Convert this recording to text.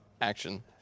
Action